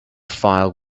file